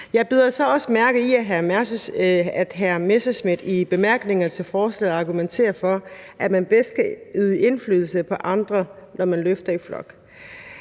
Jeg bider så også mærke i, at hr. Morten Messerschmidt i bemærkningerne til forslaget argumenterer for, at man bedst kan øve indflydelse på andre, når man løfter i flok.